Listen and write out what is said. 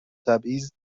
تبعیض